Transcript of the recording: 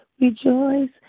rejoice